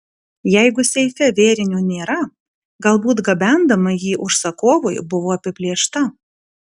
jeigu seife vėrinio nėra galbūt gabendama jį užsakovui buvo apiplėšta